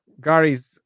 Gary's